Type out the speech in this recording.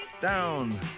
down